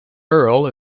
earl